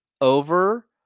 over